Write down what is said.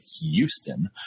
Houston